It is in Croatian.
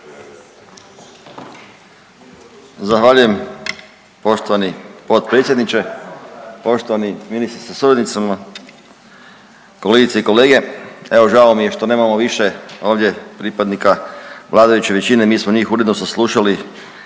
Zahvaljujem. Poštovani potpredsjedniče, poštovani ministre sa suradnicima, kolegice i kolege. Evo žao mi je što nemamo više ovdje pripadnika vladajuće većine, mi smo njih uredno saslušali,